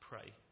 pray